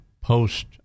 post –